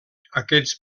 aquests